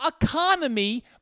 economy